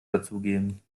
dazugeben